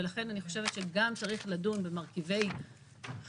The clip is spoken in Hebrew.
ולכן אני חושבת שצריך גם לדון במרכיבי חינוך,